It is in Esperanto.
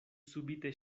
subite